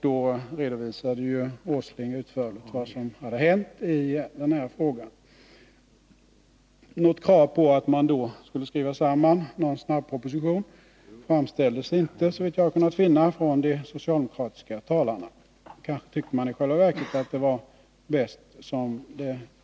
Då redovisade Nils Åsling utförligt vad som hade hänt i frågan. Något krav på att man skulle utarbeta en ”snabbproposition” framställdes inte, såvitt jag kunnat finna, från de socialdemokratiska talarna. Kanske tyckte man att det i själva verket var bäst som skedde.